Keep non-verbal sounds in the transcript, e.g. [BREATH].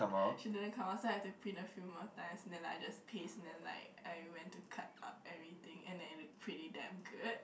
[BREATH] she didn't come out so I have to print a few more times and then like I just paste and then like I went to cut up everything and then it look pretty damn good